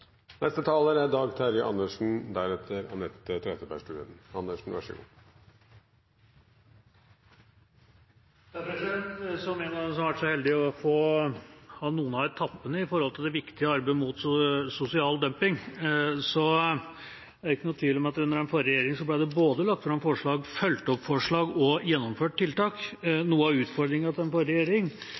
vært så heldige å ha noen av etappene i det viktige arbeidet mot sosial dumping, er det ikke noen tvil om at under den forrige regjeringa ble det både lagt fram forslag, fulgt opp forslag og gjennomført tiltak. Noe av utfordringa til